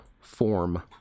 form